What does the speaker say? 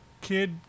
kid